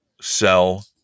sell